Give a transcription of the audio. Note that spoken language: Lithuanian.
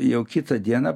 jau kitą dieną